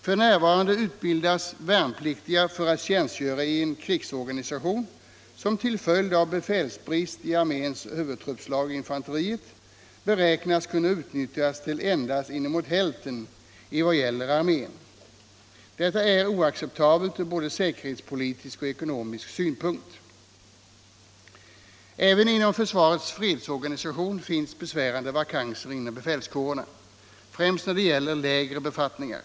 F. n. utbildas värnpliktiga för att tjänstgöra i en krigsorganisation som till följd av befälsbrist i arméns huvudtruppslag, infanteriet, beräknas kunna utnyttjas till endast inemot hälften i vad gäller armén. Detta är oacceptabelt från både säkerhetspolitisk och ekonomisk synpunkt. Även inom försvarets fredsorganisation finns besvärande vakanser inom befälskårerna, främst när det gäller lägre befattningar.